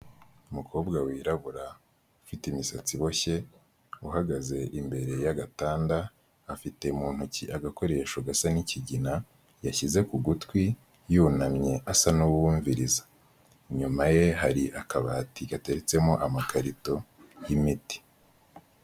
Umukobwa wirabura ufite imisatsi iboshye uhagaze imbere y'agatanda, afite mu ntoki agakoresho gasa nk'ikigina yashyize ku gutwi yunamye asa n'uwumviriza, inyuma ye hari akabati gateretsemo amakarito y'imiti.